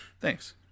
Thanks